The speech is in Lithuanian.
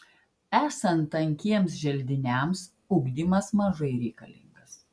esant tankiems želdiniams ugdymas mažai reikalingas